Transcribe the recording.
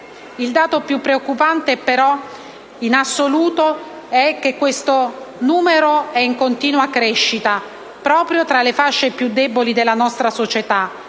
Il dato più preoccupante in assoluto, però, è che questo numero è in continua crescita proprio tra le fasce più deboli della nostra società,